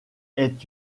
est